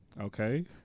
Okay